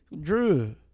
Drew